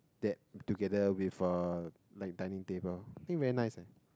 that together with uh like dining table I think very nice eh